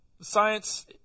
Science